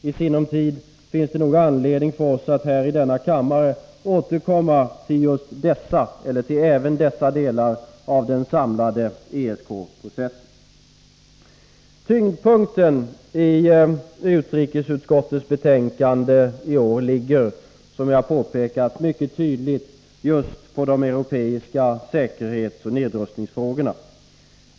I sinom tid finns det nog anledning för oss att här i kammaren återkomma till även dessa delar av ESK-processen. Tyngdpunkten i utrikesutskottets betänkande ligger — som jag påpekat — mycket tydligt på de europeiska säkerhetsoch nedrustningsfrågorna.